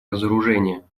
разоружения